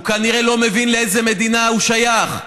הוא כנראה לא מבין לאיזו מדינה הוא שייך.